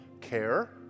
care